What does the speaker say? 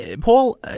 paul